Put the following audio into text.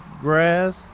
grass